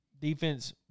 defense